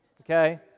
Okay